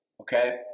Okay